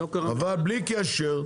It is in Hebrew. אבל בלי קשר,